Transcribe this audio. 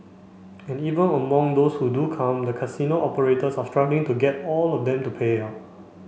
and even among those who do come the casino operators are struggling to get all of them to pay up